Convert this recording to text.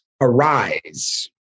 arise